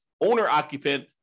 owner-occupant